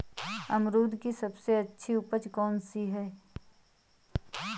अमरूद की सबसे अच्छी उपज कौन सी है?